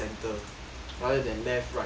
other than left right